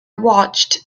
watched